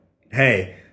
Hey